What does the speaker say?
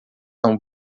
são